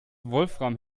wolfram